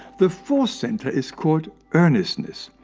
the fourth center is called earnestness.